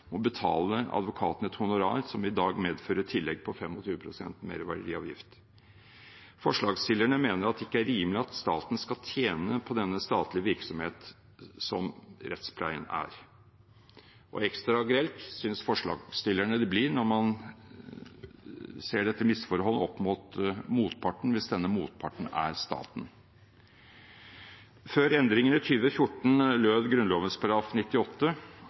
må betale advokaten et honorar som i dag medfører et tillegg på 25 pst. merverdiavgift. Forslagsstillerne mener det ikke er rimelig at staten skal tjene på denne statlige virksomhet som rettspleien er, og ekstra grelt synes forslagsstillerne det blir når man ser dette misforhold opp mot motparten, hvis denne motparten er staten. Før endringen i 2014 lød Grunnloven § 98: